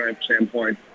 standpoint